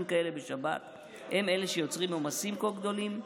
כאלה בשבת הם אלה שיוצרים עומסים כה גדולים?